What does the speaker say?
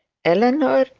eleanor,